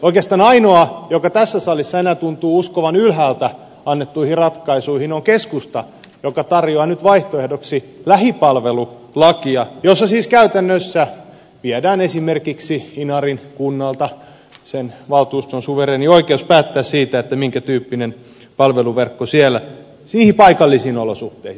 oikeastaan ainoa joka tässä salissa enää tuntuu uskovan ylhäältä annettuihin ratkaisuihin on keskusta joka tarjoaa nyt vaihtoehdoksi lähipalvelulakia jossa siis käytännössä viedään esimerkiksi inarin kunnalta sen valtuuston suvereeni oikeus päättää siitä minkä tyyppinen palveluverkko siellä on niihin paikallisiin olosuhteisiin